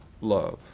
love